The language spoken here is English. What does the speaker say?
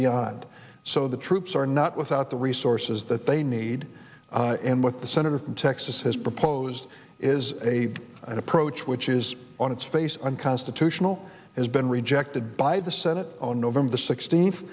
beyond so the troops are not without the resources that they need and what the senator from texas has proposed is a an approach which is on its face unconstitutional has been rejected by the senate on november sixteenth